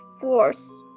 force